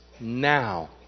now